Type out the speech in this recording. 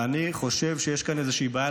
אני חושב שיש כאן איזושהי בעיה.